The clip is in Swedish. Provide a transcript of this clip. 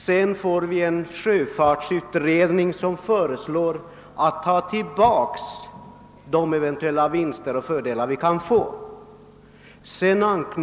Sedan får vi en sjöfartsutredning, som föreslår att vi skall ta tillbaka de eventuella vinster och fördelar vi skulle få av lokaliseringspolitiken.